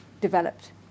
developed